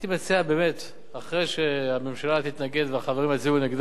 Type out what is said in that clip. אחרי שהממשלה תתנגד והחברים יצביעו נגדה ויסירו אותה מסדר-היום,